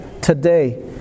today